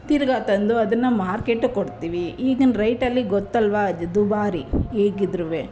ತಿರುಗ ತಂದು ಅದನ್ನು ಮಾರ್ಕೆಟ್ಗೆ ಕೊಡ್ತೀವಿ ಈಗಿನ ರೇಟಲ್ಲಿ ಗೊತ್ತಲ್ವ ದುಬಾರಿ ಹೇಗಿದ್ದರೂ